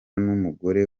n’umugore